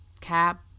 cap